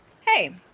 Hey